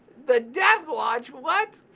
the death watch, what?